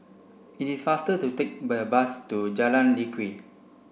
it is faster to take the bus to Jalan Lye Kwee